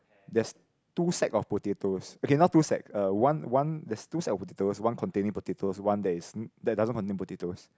there's two sacks of potatoes okay not two sacks uh one one there's two set of potatoes one containing potatoes one there is that doesn't containing potatoes